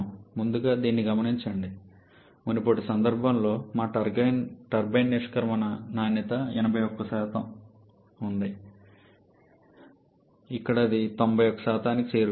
ముందుగా దీన్ని గమనించండి మునుపటి సందర్భంలో మా టర్బైన్ నిష్క్రమణ నాణ్యత 81 ఉంది ఇక్కడ అది 91కి చేరుకుంది